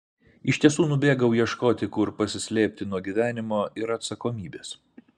iš tiesų nubėgau ieškoti kur pasislėpti nuo gyvenimo ir atsakomybės